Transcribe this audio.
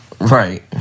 right